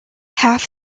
half